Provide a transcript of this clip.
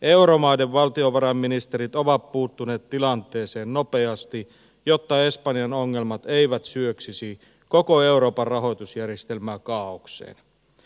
euromaiden valtiovarainministerit ovat puuttuneet tilanteeseen nopeasti jotta espanjan ongelmat eivät syöksisi koko euroopan rahoitusjärjestelmää kaaokseen